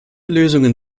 lösungen